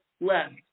left